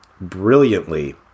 brilliantly